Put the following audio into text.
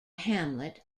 hamlet